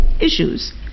issues